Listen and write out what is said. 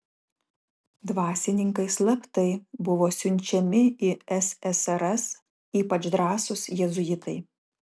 dvasininkai slaptai buvo siunčiami į ssrs ypač drąsūs jėzuitai